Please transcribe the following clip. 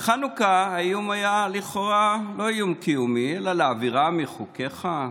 בחנוכה האיום היה לכאורה לא איום קיומי אלא להעבירם מחוקך,